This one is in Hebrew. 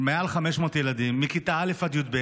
מעל 500 ילדים מכיתה א' עד י"ב,